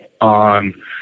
on